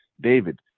David